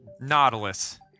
Nautilus